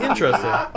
Interesting